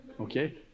Okay